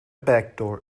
backdoor